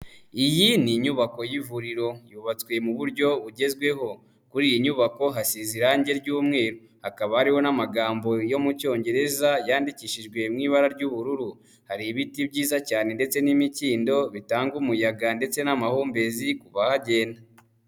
Iyi ni inyubako y'ivuriro yubatswe mu buryo bugezweho, kuri iyi nyubako hasize irangi ry'umweru, hakaba hariho n'amagambo yo mu cyongereza yandikishijwe mu ibara ry'ubururu, hari ibiti byiza cyane ndetse n'imikindo bitanga umuyaga ndetse n'amahumbezi ku bahagenda.